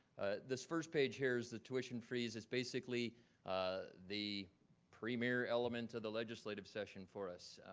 this first page here is the tuition freeze. it's basically ah the premier element of the legislative session for us.